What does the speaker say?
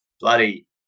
bloody